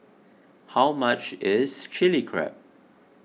how much is Chilli Crab